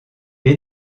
est